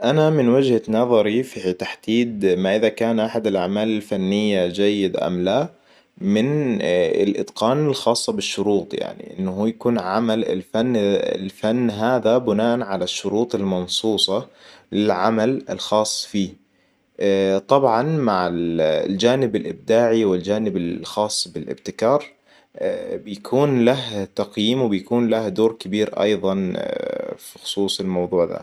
أنا من وجهة نظري في تحديد ما إذا كان أحد الأعمال الفنية جيد ام لا؟ من الإتقان الخاصة بالشروط يعني إنه يكون عمل الفن الفن هذا بناءًا على الشروط المنصوصة للعمل الخاص فيه. طبعاً مع الجانب الإبداعي والجانب الخاص بالإبتكار. بيكون له تقييم وبيكون له دور كبير ايضاً في خصوص الموضوع ذا